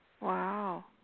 Wow